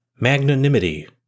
Magnanimity